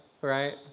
right